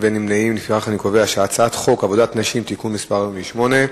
לפיכך אני קובע שהצעת חוק עבודת נשים (תיקון מס' 48)